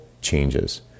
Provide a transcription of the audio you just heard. changes